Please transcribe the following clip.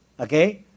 Okay